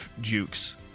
jukes